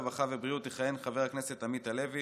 הרווחה והבריאות יכהן חבר הכנסת עמית הלוי,